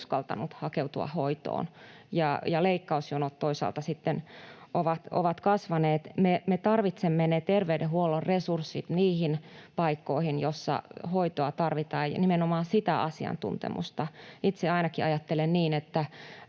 uskaltanut hakeutua hoitoon, ja leikkausjonot toisaalta sitten ovat kasvaneet. Me tarvitsemme ne terveydenhuollon resurssit niihin paikkoihin, joissa hoitoa tarvitaan, ja nimenomaan sitä asiantuntemusta. Itse ainakin ajattelen niin, että